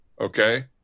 okay